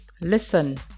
listen